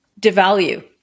devalue